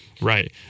right